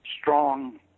strong